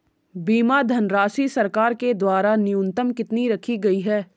बीमा धनराशि सरकार के द्वारा न्यूनतम कितनी रखी गई है?